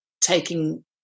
taking